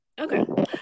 Okay